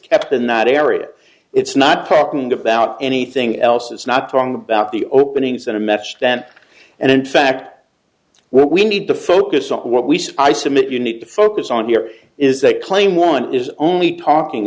kept in that area it's not talking about anything else it's not talking about the openings in a meth stem and in fact what we need to focus on what we see i submit you need to focus on here is that claim one is only talking